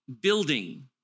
building